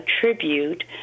tribute